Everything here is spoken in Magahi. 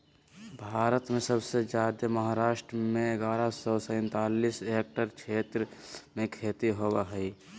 भारत में सबसे जादे महाराष्ट्र में ग्यारह सौ सैंतालीस हेक्टेयर क्षेत्र में खेती होवअ हई